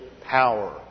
power